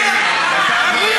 המחבל.